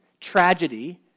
tragedy